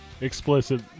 explicit